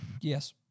Yes